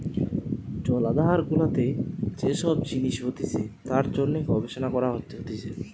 জলাধার গুলাতে যে সব জিনিস হতিছে তার জন্যে গবেষণা করা হতিছে